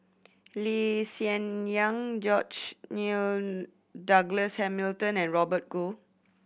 Lee Hsien Yang George Nigel Douglas Hamilton and Robert Goh